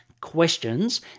questions